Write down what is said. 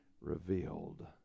revealed